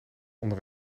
onder